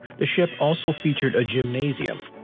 the ship also featured a gymnasium,